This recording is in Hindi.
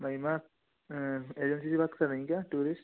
महिमा एजेन्सी से बात कर रही हैं क्या टूरिस्ट